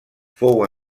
fou